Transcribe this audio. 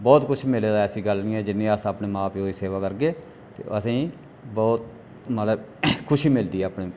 बहुत किश मिले दा ऐ ऐसी गल्ल निं ऐ जिन्नी अस अपने मां प्यो दी सेवा करगे ते असें गी बहुत मतलब खुशी मिलदी ऐ अपने